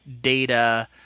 data